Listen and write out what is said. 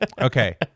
Okay